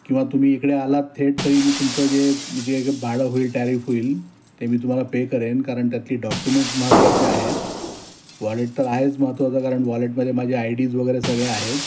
किंवा तुम्ही इकडे आलात थेट तरी मी तुमचं जे जे भाडं होईल टॅरिफ होईल ते मी तुम्हाला पे करेन कारण त्यातली डॉक्युमेंट्स महत्वाची आहेत वॉलेट तर आहेच महत्वाचं कारण वॉलेटमध्ये माझी आय डीज वगैरे सगळे आहेत